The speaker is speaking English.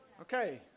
Okay